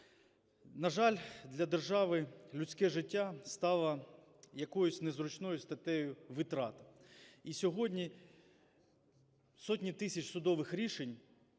На жаль, для держави людське життя стало якоюсь незручною статтею витрат. І сьогодні сотні тисяч судових рішень,